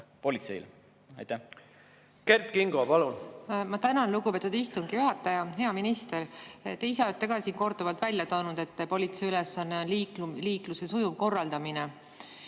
Kert Kingo, palun!